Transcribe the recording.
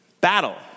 battle